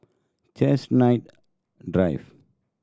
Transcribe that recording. Chestnut Drive